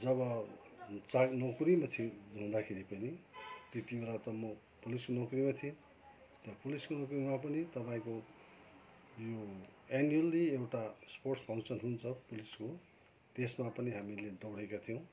जब चाक् नोकरीमा थियो हुँदाखेरि पनि त्यतिबेला त म पुलिस नोकरीमा थिएँ त्यहाँ पुलिसको नोकरीमा पनि तपाईँको यो एनुएल्ली एउटा स्पोर्ट्स फङ्सन हुन्छ पुलिसको त्यसमा पनि हामीले दौडेका थियौँ